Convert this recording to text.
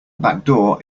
backdoor